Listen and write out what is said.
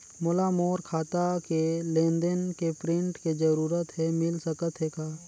मोला मोर खाता के लेन देन के प्रिंट के जरूरत हे मिल सकत हे का?